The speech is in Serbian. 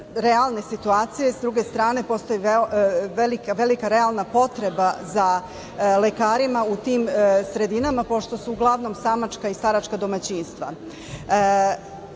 realne situacije, s druge strane, postoji velika realna potreba za lekarima u tim sredinama, pošto su uglavnom samačka i staračka domaćinstva.U